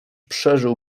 przeżył